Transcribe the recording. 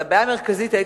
הבעיה המרכזית היא,